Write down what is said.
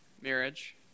marriage